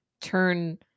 turn